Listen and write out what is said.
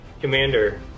Commander